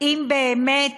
אם באמת